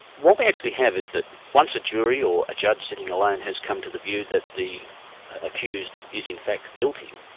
what we actually have is that once a jury or a judge sitting alone has come to the view that the accused is in fact guilty,